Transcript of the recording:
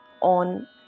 on